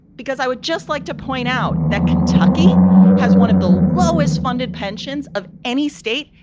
because i would just like to point out that kentucky has one of the lowest funded pensions of any state.